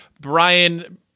Brian